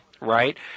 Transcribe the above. right